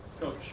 Coach